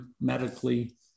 medically